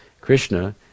Krishna